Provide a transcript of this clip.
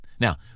Now